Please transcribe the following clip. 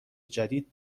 جدید